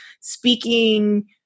speaking